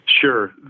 Sure